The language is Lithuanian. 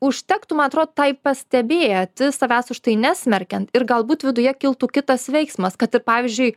užtektų man atrodo tai pastebėti savęs už tai nesmerkiant ir galbūt viduje kiltų kitas veiksmas kad ir pavyzdžiui